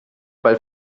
weil